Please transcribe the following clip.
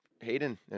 Hayden